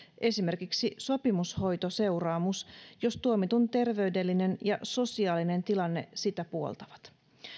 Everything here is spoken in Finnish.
esimerkiksi sopimushoitoseuraamus jos tuomitun terveydellinen ja sosiaalinen tilanne sitä puoltavat